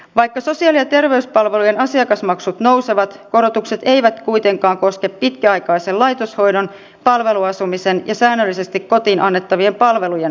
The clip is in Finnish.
vaikka sosiaali ja terveyspalvelujen asiakasmaksut nousevat korotukset eivät kuitenkaan koske pitkäaikaisen laitoshoidon palveluasumisen ja säännöllisesti kotiin annettavien palvelujen maksuja